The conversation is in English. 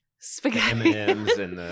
Spaghetti